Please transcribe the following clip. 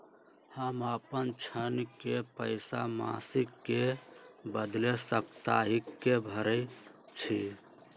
हम अपन ऋण के पइसा मासिक के बदले साप्ताहिके भरई छी